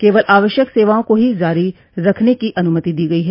केवल आवश्यक सेवाओं को ही जारी रखने की अनुमति दी गई है